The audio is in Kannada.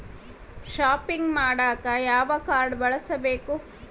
ಷಾಪಿಂಗ್ ಮಾಡಾಕ ಯಾವ ಕಾಡ್೯ ಬಳಸಬೇಕು?